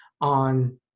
on